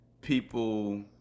people